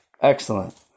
Excellent